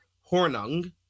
Hornung